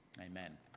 Amen